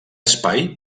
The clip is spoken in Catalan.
espai